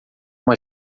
uma